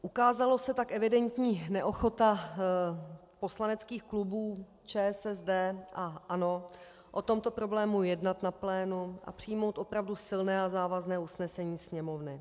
Ukázala se tak evidentní neochota poslaneckých klubů ČSSD a ANO o tomto problému jednat na plénu, přijmout opravdu silné a závazné usnesení Sněmovny.